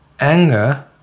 anger